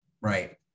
Right